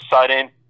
sudden